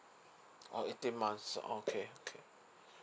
oh eighteen months okay okay